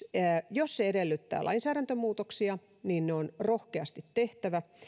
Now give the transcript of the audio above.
jos se edellyttää lainsäädäntömuutoksia niin ne on rohkeasti tehtävä